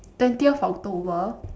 twentieth october